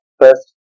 first